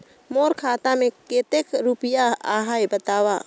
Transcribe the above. मोर खाता मे कतेक रुपिया आहे बताव?